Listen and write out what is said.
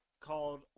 called